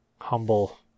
Humble